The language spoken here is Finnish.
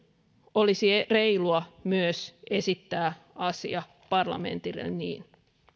olisi reilua myös esittää asia parlamentille niin